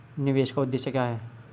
निवेश का उद्देश्य क्या है?